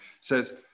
says